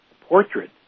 portrait